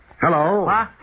Hello